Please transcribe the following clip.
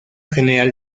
general